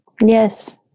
Yes